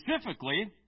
Specifically